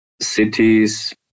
cities